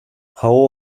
how